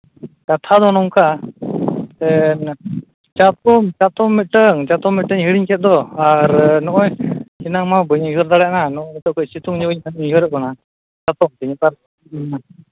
ᱠᱟᱛᱷᱟ ᱫᱚ ᱱᱚᱝᱠᱟ ᱪᱟᱛᱚᱢ ᱪᱟᱛᱚᱢ ᱪᱟᱛᱚᱢ ᱢᱤᱫᱴᱟᱹᱝ ᱦᱤᱲᱤᱡ ᱠᱮᱜ ᱫᱚ ᱟᱨ ᱱᱚᱜᱼᱚᱸᱭ ᱮᱱᱟᱝ ᱢᱟ ᱵᱟᱹᱧ ᱩᱭᱦᱟᱹᱨ ᱫᱟᱲᱭᱟᱜᱼᱟ ᱱᱤᱛᱚᱝ ᱠᱟᱹᱡ ᱥᱤᱛᱩᱝ ᱟᱚᱜᱤᱧ ᱠᱷᱟᱱᱩᱭᱦᱟᱹᱨᱮᱫ ᱠᱟᱱᱟ ᱪᱟᱛᱚᱢ ᱛᱤᱧ ᱚᱠᱟᱨᱮ ᱛᱟᱦᱮᱭᱮᱱᱟ